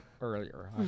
earlier